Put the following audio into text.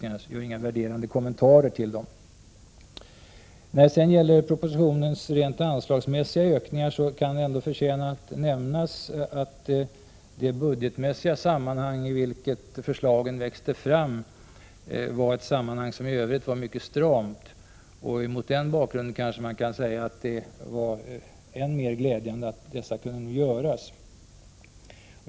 Jag gör inga värderande kommentarer till dessa påplussningar. När det gäller propositionens rent anslagsmässiga ökningar kan det förtjäna att nämnas att förslagen växte fram i ett budgetmässigt sammanhang som i övrigt var mycket stramt. Mot den bakgrunden kan man säga att det är än mer glädjande att dessa satsningar kunde göras.